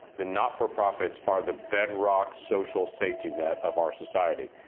the not for profits are the bedrock social safety net of our society.